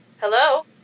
hello